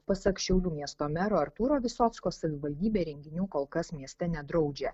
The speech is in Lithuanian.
pasak šiaulių miesto mero artūro visocko savivaldybė renginių kol kas mieste nedraudžia